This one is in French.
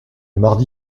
mardi